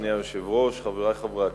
אדוני היושב-ראש, חברי חברי הכנסת,